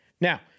Now